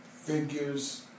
figures